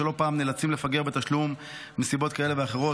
שלא פעם נאלצות לפגר בתשלום מסיבות כאלה ואחרות,